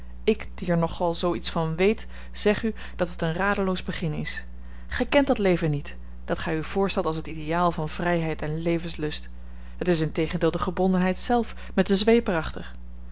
ik die er nogal zoo iets van weet zeg u dat het een radeloos beginnen is gij kent dat leven niet dat gij u voorstelt als het ideaal van vrijheid en levenslust het is integendeel de gebondenheid zelf met de zweep